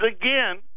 again